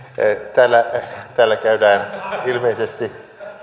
täällä käydään ilmeisesti